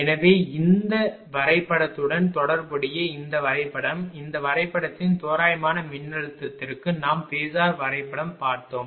எனவே இந்த வரைபடத்துடன் தொடர்புடைய இந்த வரைபடம் இந்த வரைபடத்தின் தோராயமான மின்னழுத்தத்திற்கு நாம் பேஸர் வரைபடம் பார்த்தோம்